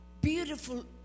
beautiful